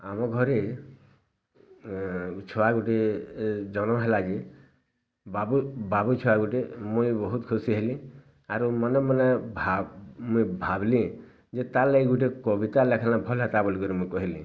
ଆମ ଘରେ ଛୁଆ ଗୁଟେ ଜନ୍ମ ହେଲା ଯେ ବାବୁ ଛୁଆ ଗୁଟେ ମୁଇଁ ବହୁତ୍ ଖୁସି ହେଁଲି ଆରୁ ମନେ ମନେ ମୁଇଁ ଭାଁବଲି ଯେ ତାର୍ ଲାଗି ଗୁଟେ କବିତା ଲେଁଖଲେ ଭଲ୍ ହେତା ବଲିକରି ମୁଇଁ କହିଁଲି